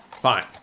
Fine